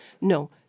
No